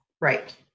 Right